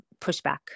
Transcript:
pushback